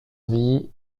vie